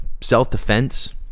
self-defense—